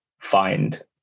find